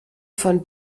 von